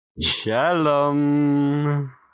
Shalom